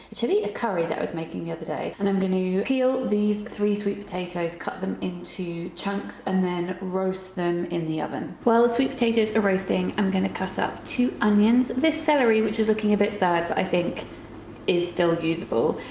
a curry that i was making the other day and i'm going to peel these three sweet potatoes, cut them into chunks and then roast them in the oven. while the sweet potatoes are roasting i'm going to cut up two onions, this celery which is looking a bit sad but i think is still useable,